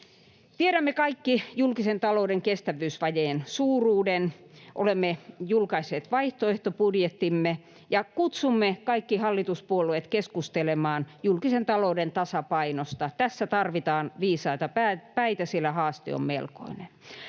Tiedämme kaikki julkisen talouden kestävyysvajeen suuruuden. Olemme julkaisseet vaihtoehtobudjettimme ja kutsumme kaikki hallituspuolueet keskustelemaan julkisen talouden tasapainosta. Tässä tarvitaan viisaita päitä, sillä haaste on melkoinen.